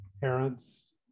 parents